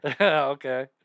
Okay